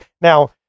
Now